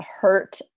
hurt